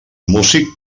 músic